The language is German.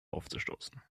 aufzustoßen